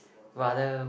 rather